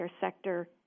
sector